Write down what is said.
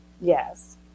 Yes